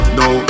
no